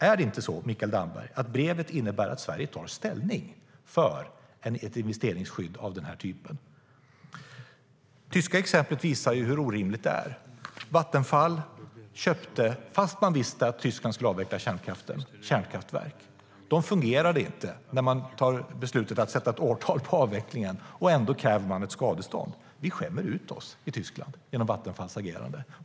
Är det inte så, Mikael Damberg, att brevet innebär att Sverige tar ställning för ett investeringsskydd av den här typen? Det tyska exemplet visar hur orimligt det är. Vattenfall köpte kärnkraftverk, fast man visste att Tyskland skulle avveckla kärnkraften. Det fungerade inte när man fattade beslutet att sätta ett årtal för avvecklingen, och ändå kräver Vattenfall ett skadestånd. Vi skämmer ut oss i Tyskland genom Vattenfalls agerande.